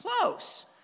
close